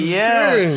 yes